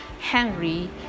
Henry